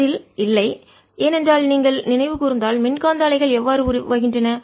பதில் இல்லை ஏனென்றால் நீங்கள் நினைவு கூர்ந்தால் மின்காந்த அலைகள் எவ்வாறு உருவாகின்றன